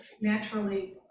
naturally